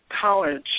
college